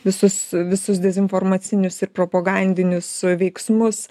visus visus dezinformacinius ir propagandinius veiksmus